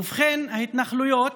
ובכן, ההתנחלויות,